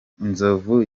nzovu